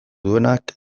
duenak